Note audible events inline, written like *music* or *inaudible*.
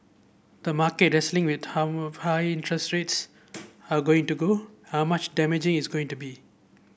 the market is wrestling with how *unintelligible* high *unintelligible* rates are going to go are much damaging is going to be